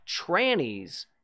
trannies